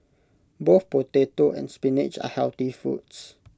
both potato and spinach are healthy foods